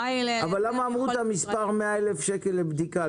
למה אמרו את המספר 100 אלף שקל לבדיקה,